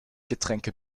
getränke